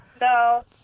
no